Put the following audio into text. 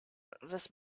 this